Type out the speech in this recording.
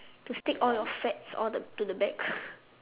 to stick all your fats all the to the back